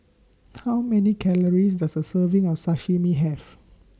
How Many Calories Does A Serving of Sashimi Have